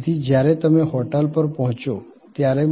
તેથી જ્યારે તમે હોટેલ પર પહોંચો ત્યારે